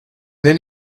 then